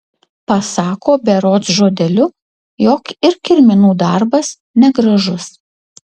pasako berods žodeliu jog ir kirminų darbas negražus